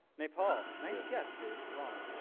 nepal, nice guess dude, wrong.